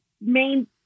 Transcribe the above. main